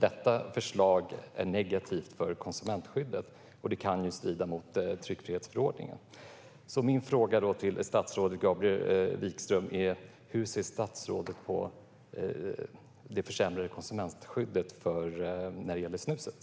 Detta förslag är negativt för konsumentskyddet, och det kan strida mot tryckfrihetsförordningen. Min fråga till statsrådet Gabriel Wikström är därför: Hur ser statsrådet på det försämrade konsumentskyddet när det gäller snuset?